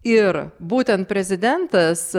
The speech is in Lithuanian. ir būtent prezidentas